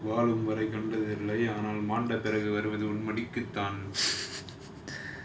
வாழும் வரை கண்டதில்லை ஆனால் மாண்ட பிறகு வருவது உன் மடிக்குத்தான்:vaalum varai kandathillai anaal maanda piragu varuvathu un madikkuthaan